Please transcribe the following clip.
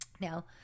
Now